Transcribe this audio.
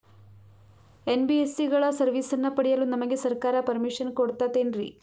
NBSC ಗಳ ಸರ್ವಿಸನ್ನ ಪಡಿಯಲು ನಮಗೆ ಸರ್ಕಾರ ಪರ್ಮಿಷನ್ ಕೊಡ್ತಾತೇನ್ರೀ?